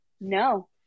no